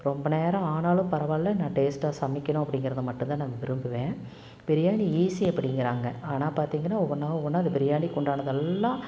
ரொம்ப நேரம் ஆனாலும் பரவாயில்ல நான் டேஸ்ட்டாக சமைக்கணும் அப்படிங்கிறத மட்டுந்தான் நான் விரும்புவேன் பிரியாணி ஈஸி அப்படிங்கிறாங்க ஆனால் பார்த்திங்கன்னா ஒவ்வொன்றா ஒவ்வொன்றா அந்த பிரியாணிக்கு உண்டானதெல்லாம்